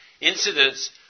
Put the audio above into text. Incidents